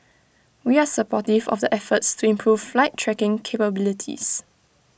we are supportive of the efforts to improve flight tracking capabilities